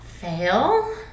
fail